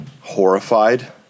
horrified